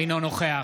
אינו נוכח